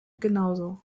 genauso